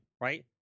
Right